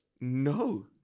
no